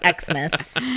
Xmas